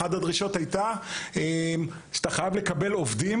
אחת הדרישות הייתה שאתה חייב לקבל עובדים